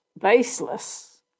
baseless